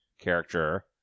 character